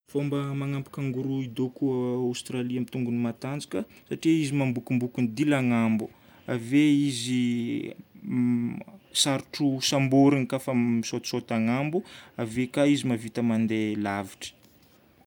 Fomba magnampy kangourou hidoko Aostralia amin'ny tongony matanjaka: satria izy mambokombokony dilagnambo. Ave izy m- sarotro samborigna koafa mi-sautesaute agnambo. Ave ka izy mahavita mandeha lavitry.